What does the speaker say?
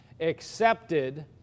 accepted